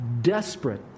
desperate